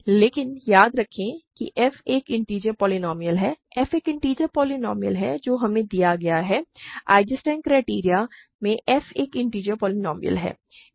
लेकिन याद रखें कि f एक इन्टिजर पोलीनोमिअल है f एक इन्टिजर पोलीनोमिअल है जो हमें दिया गया है आइजेंस्टाइन क्राइटेरियन में f एक इन्टिजर पोलीनोमिअल है